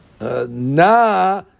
Na